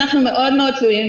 אנחנו מאוד תלויים,